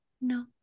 no